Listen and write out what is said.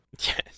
Yes